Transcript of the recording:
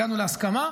הגענו להסכמה.